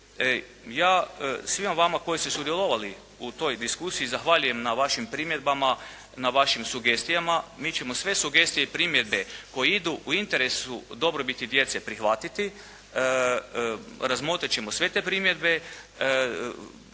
ja svima vama koji ste sudjelovali u toj diskusiji zahvaljujem na vašim primjedbama, na vašim sugestijama. Mi ćemo sve sugestije i primjedbe koje idu u interesu dobrobiti djece prihvatiti, razmotrit ćemo sve te primjedbe.